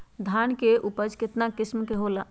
धान के उपज केतना किस्म के होला?